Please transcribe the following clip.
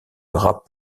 rap